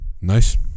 Nice